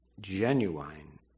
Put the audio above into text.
genuine